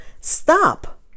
Stop